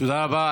תודה רבה.